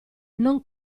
non